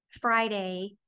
Friday